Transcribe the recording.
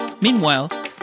meanwhile